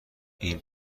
این